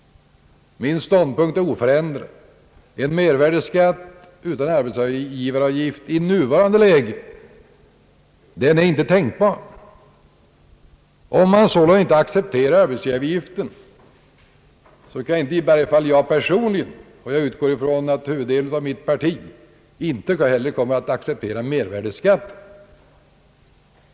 Min ståndpunkt är oförändrad. En mervärdeskatt utan arbetsgivaravgift i nuvarande läge är inte tänkbar. Om man inte accepterar arbetsgivaravgiften kommer i varje fall inte jag personligen — och jag utgår ifrån att huvuddelen av mitt parti har samma inställning — att acceptera mervärdeskatten.